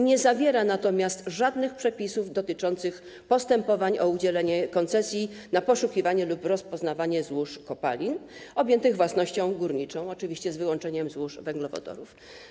Nie zawiera natomiast żadnych przepisów dotyczących postępowań o udzielenie koncesji na poszukiwanie lub rozpoznawanie złóż kopalin objętych własnością górniczą, oczywiście z wyłączeniem złóż węglowodorów.